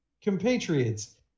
compatriots